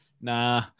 nah